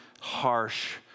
harsh